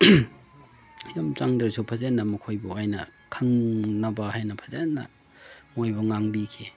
ꯌꯥꯝ ꯆꯪꯗ꯭ꯔꯁꯨ ꯐꯖꯅ ꯃꯈꯣꯏꯕꯨ ꯑꯩꯅ ꯈꯪꯅꯕ ꯍꯥꯏꯅ ꯐꯖꯅ ꯃꯣꯏꯕꯨ ꯉꯥꯡꯕꯤꯈꯤ